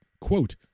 quote